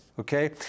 Okay